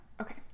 Okay